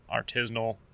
Artisanal